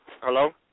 Hello